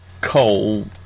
coal